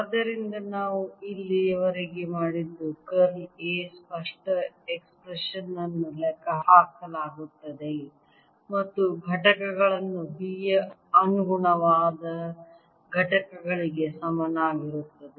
ಆದ್ದರಿಂದ ನಾವು ಇಲ್ಲಿಯವರೆಗೆ ಮಾಡಿದ್ದು ಕರ್ಲ್ A ಸ್ಪಷ್ಟ ಎಕ್ಸ್ಪ್ರೆಶನ್ ಅನ್ನು ಲೆಕ್ಕಹಾಕಲಾಗುತ್ತದೆ ಮತ್ತು ಘಟಕಗಳನ್ನು B ಯ ಅನುಗುಣವಾದ ಘಟಕಗಳಿಗೆ ಸಮನಾಗಿರುತ್ತದೆ